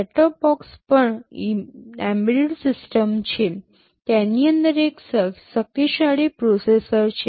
set top box પણ embedded system છે તેની અંદર એકદમ શક્તિશાળી પ્રોસેસર છે